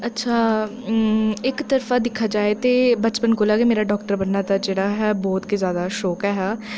अच्छा इक तरफा दिक्खेआ जा ते बचपन कोला गै मेरा डाक्टर बनना दा जेह्ड़ा हा बहुत गै जैदा शौक हा